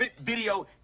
video